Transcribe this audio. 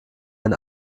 ein